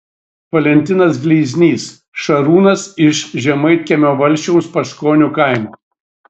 valentinas gleiznys šarūnas iš žemaitkiemio valsčiaus paškonių kaimo